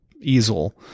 easel